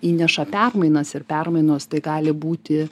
įneša permainas ir permainos tai gali būti